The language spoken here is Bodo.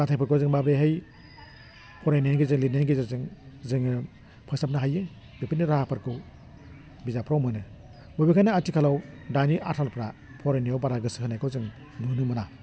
जाथायफोरखौ जों माबोरैहाय फरायनायनि गेजेरजों लिरनायनि गेजेरजों जोङो फोसाबनो हायो बेफोरनि राहाफोरखौ बिजाबफ्राव मोनो बबेखानि आथिखालाव दानि आथालफ्रा फरायनायाव बारा गोसो होनायखौ जों नुनो मोना